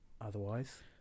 otherwise